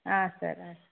ಆಂ sir ಆಂ